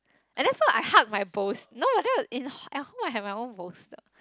and that's why I hug my bolst~ no what at home I have my own bolster